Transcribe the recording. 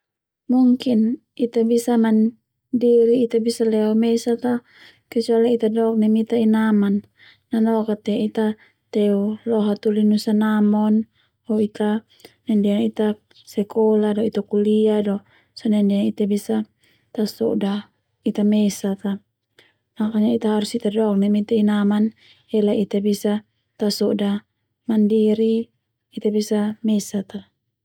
Mungkin Ita bisa mandiri Ita bisa leo mesak as kecuali Ita leo dok neme Ita inaman, Ita teu lo hatoli nusa namon ho Ita naindia Ita sekolah do Ita kuliah do sone naindia Ita bisa tasoda Ita mesat a makanya Ita harus dok neme Ita inaman Ela Ita bisa tasoda mandiri tasoda mesak ta.